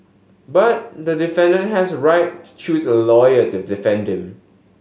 but the has a right to choose a lawyer to defend him